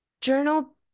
journal